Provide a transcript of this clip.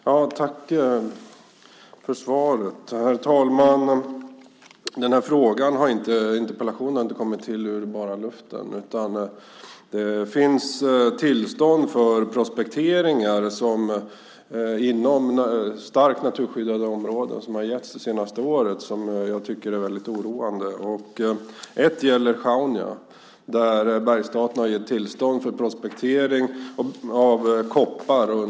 Herr talman! Tack för svaret, statsrådet. Den här interpellationen har inte kommit bara ur luften, utan den har att göra med att det under det senaste året har getts tillstånd för prospekteringar inom starkt naturskyddade områden. Det tycker jag är väldigt oroande. Ett fall gäller Sjaunja, där Bergsstaten har gett tillstånd för prospektering av koppar.